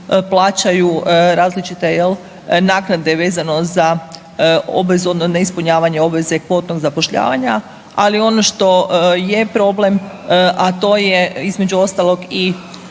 plaćaju različite jel naknade vezano za obvezu odnosno ne ispunjavanje obveze kvotnog zapošljavanja, ali ono što je problem, a to je između ostalog i